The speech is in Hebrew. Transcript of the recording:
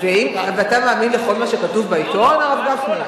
ואתה מאמין לכל מה שכתוב בעיתון, הרב גפני?